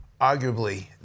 Arguably